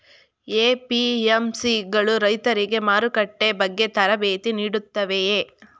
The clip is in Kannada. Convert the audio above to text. ಎ.ಪಿ.ಎಂ.ಸಿ ಗಳು ರೈತರಿಗೆ ಮಾರುಕಟ್ಟೆ ಬಗ್ಗೆ ತರಬೇತಿ ನೀಡುತ್ತವೆಯೇ?